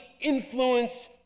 influence